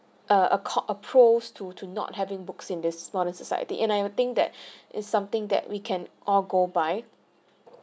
err a call a pros to to not having books in this modern society and I think that is something that we can all go by